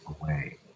away